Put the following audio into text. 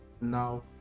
Now